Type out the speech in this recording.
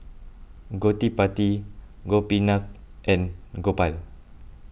Gottipati Gopinath and Gopal